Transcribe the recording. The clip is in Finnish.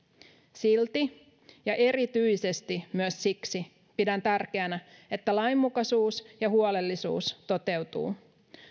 silti ja erityisesti myös siksi pidän tärkeänä että lainmukaisuus ja huolellisuus toteutuvat